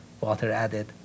water-added